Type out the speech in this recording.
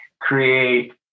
create